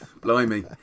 Blimey